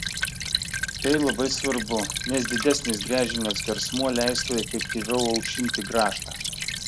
tai labai svarbu nes didesnis gręžinio skersmuo leistų efektyviau aušinti grąžtą